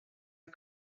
are